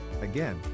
Again